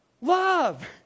love